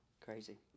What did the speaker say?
Crazy